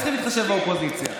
אתם צריכים להתחשב באופוזיציה.